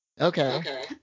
okay